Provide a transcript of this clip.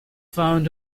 found